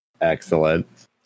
excellent